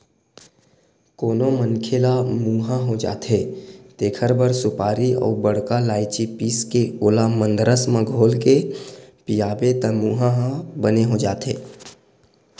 कोनो मनखे ल मुंहा हो जाथे तेखर बर सुपारी अउ बड़का लायची पीसके ओला मंदरस म घोरके पियाबे त मुंहा ह बने हो जाथे